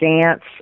dance